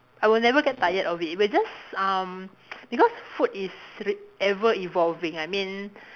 I will never get tired of it if I just um because food is r~ ever evolving I mean